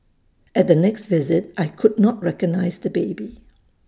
at the next visit I could not recognise the baby